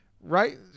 right